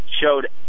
showed